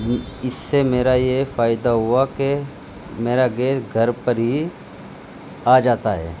اس سے میرا یہ فائدہ ہوا کہ میرا گیس گھر پر ہی آ جاتا ہے